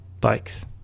bikes